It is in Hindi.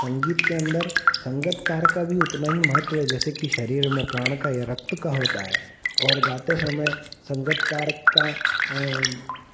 संगीत के अन्दर संगतकार का भी उतना ही महत्व है जैसे की शरीर में प्राण का या रक्त का होता है और गाते समय संगतकार का